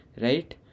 right